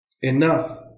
enough